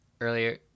earlier